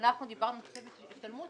כשאנחנו דיברנו על תוספת השתלמות,